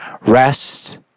rest